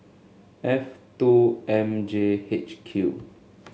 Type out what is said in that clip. F two M J H Q